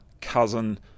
cousin